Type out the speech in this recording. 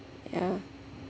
ya